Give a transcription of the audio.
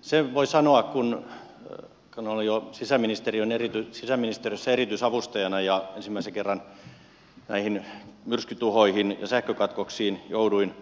sen voi sanoa kun hän oli ollut sisäministeri jan olin sisäministeriössä erityisavustaja ja ensimmäisen kerran näihin myrskytuhoihin ja sähkökatkoksiin jouduin